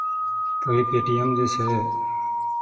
अभी Paytm जे छै